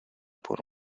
por